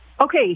Okay